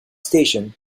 station